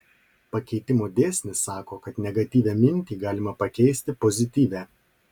pakeitimo dėsnis sako kad negatyvią mintį galima pakeisti pozityvia